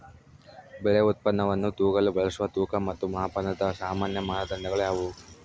ಬೆಳೆ ಉತ್ಪನ್ನವನ್ನು ತೂಗಲು ಬಳಸುವ ತೂಕ ಮತ್ತು ಮಾಪನದ ಸಾಮಾನ್ಯ ಮಾನದಂಡಗಳು ಯಾವುವು?